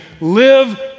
live